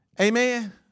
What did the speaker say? Amen